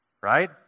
Right